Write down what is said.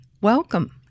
Welcome